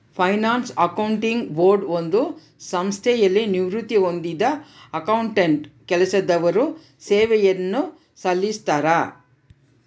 finance accounting board ಒಂದು ಸಂಸ್ಥೆಯಲ್ಲಿ ನಿವೃತ್ತಿ ಹೊಂದಿದ್ದ ಅಕೌಂಟೆಂಟ್ ಕೆಲಸದವರು ಸೇವೆಯನ್ನು ಸಲ್ಲಿಸ್ತರ